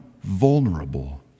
vulnerable